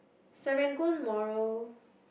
Serangoon Moral